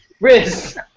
Riz